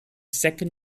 second